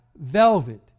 velvet